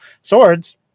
swords